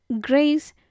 grace